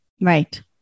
Right